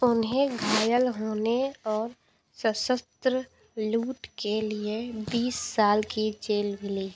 उन्हें घायल होने और सशस्त्र लूट के लिए बीस साल की जेल मिली